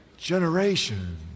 generation